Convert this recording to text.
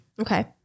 Okay